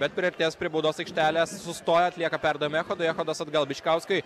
bet priartėjęs prie baudos aikštelės sustoja atlieka perdavimą echodui echodas atgal bičkauskui